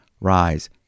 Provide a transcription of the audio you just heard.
Rise